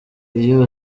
iyo